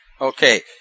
Okay